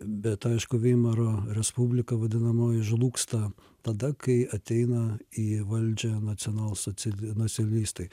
bet aišku veimaro respublika vadinamoji žlūgsta tada kai ateina į valdžią nacionalsocialistai